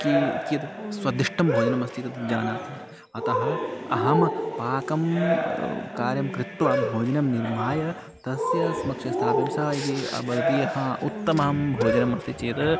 की कियद् स्वादिष्ष्टं भोजनमस्ति तत् जानाति अतः अहं पाकं कार्यं कृत्वा भोजनं निर्माय तस्य समक्षं स्थापयामि सः यदि भवदीयः उत्तमं भोजनम् अस्ति चेद्